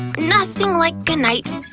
nothing like a night